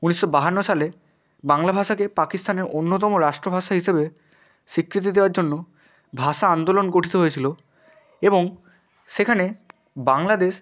ঊনিশশো বাহান্ন সালে বাংলা ভাষাকে পাকিস্তানের অন্যতম রাষ্ট্র ভাষা হিসাবে স্বীকৃতি দেওয়ার জন্য ভাষা আন্দোলন গঠিত হয়েছিল এবং সেখানে বাংলাদেশ